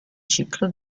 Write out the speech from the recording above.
ciclo